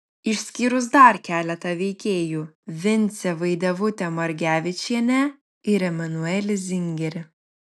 išskyrus dar keletą veikėjų vincę vaidevutę margevičienę ir emanuelį zingerį